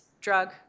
drug